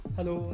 Hello